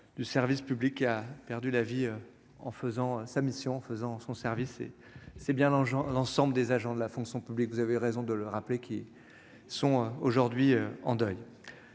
du service public, a perdu la vie en faisant sa mission en faisant son service et c'est bien l'argent, l'ensemble des agents de la fonction publique, vous avez raison de le rappeler qui sont aujourd'hui en deuil,